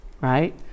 Right